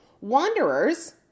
Wanderers